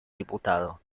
diputado